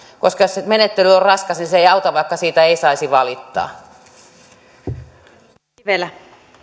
koska se menettely on raskas ja se ei auta vaikka siitä ei saisi valittaa